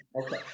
Okay